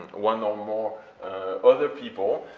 one or more other people,